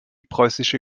preußische